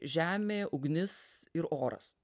žemė ugnis ir oras